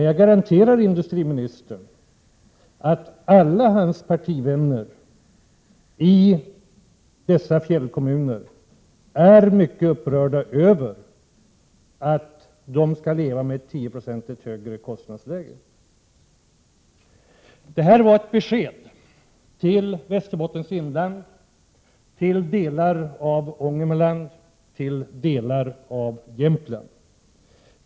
Jag garanterar industriministern att alla hans partivänner i dessa fjällkommuner är mycket upprörda över att de skall leva med ett 10 9c högre kostnadsläge. Detta var ett besked till Västerbottens inland, till delar av Ångermanland, delar av Jämtland.